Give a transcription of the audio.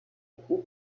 équipe